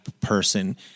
person